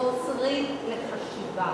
עוצרים לחשיבה.